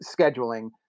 scheduling